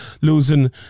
losing